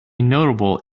notable